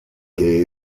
que